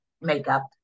makeup